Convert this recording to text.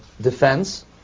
defense